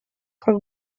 как